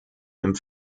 dem